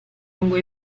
lungo